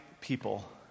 people